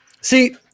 See